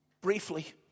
briefly